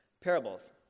parables